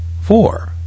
four